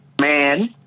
man